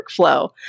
workflow